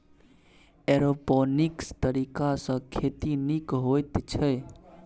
aeroponics तरीकासँ खेती नीक होइत छै